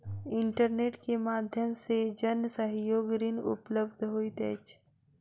internet के माध्यम से जन सहयोग ऋण उपलब्ध होइत अछि